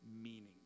meaning